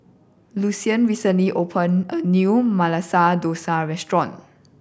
Lucian recently opened a new Masala Dosa Restaurant